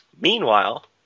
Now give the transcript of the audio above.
meanwhile